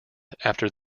after